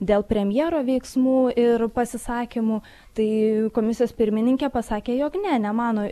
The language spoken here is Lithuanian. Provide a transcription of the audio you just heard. dėl premjero veiksmų ir pasisakymų tai komisijos pirmininkė pasakė jog ne nemano